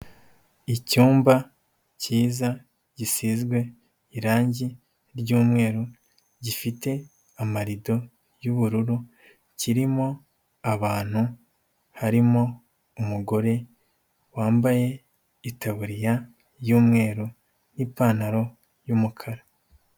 Icyumba cyiza gisizwe irangi ry'umweru, gifite amarido y'ubururu, kirimo abantu, harimo umugore wambaye itaburiya y'umweru n'ipantaro y'umukara.